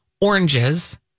oranges